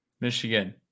Michigan